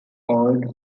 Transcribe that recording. old